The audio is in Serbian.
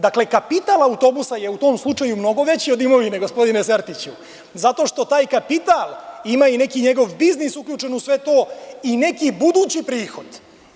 Dakle, kapital autobusa je u tom slučaju mnogo veći od imovine, gospodine Sertiću, zato što taj kapital ima i neki njegov biznis uključen u sve to i neki budući prihod.